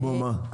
כמו מה?